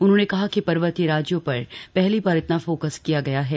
उन्होंने कहा कि पर्वतीय राज्यों पर पहली बार इतना फोकस किया गया है